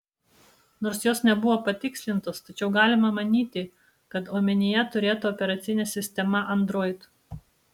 nors jos nebuvo patikslintos tačiau galima manyti kad omenyje turėta operacinė sistema android